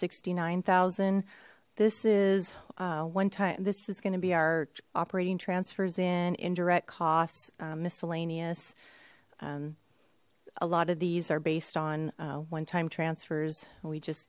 sixty nine thousand this is one time this is going to be our operating transfers in indirect costs miscellaneous a lot of these are based on one time transfers we just